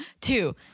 two